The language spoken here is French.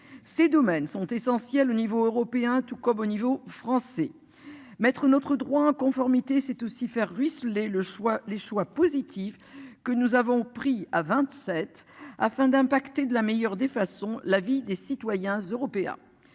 Ces domaines sont essentiels au niveau européen, tout comme au niveau français. Me notre droit en conformité, c'est aussi faire ruisseler le choix les choix positif que nous avons pris à 27 afin d'impacter de la meilleure des façons la vie des citoyens européens.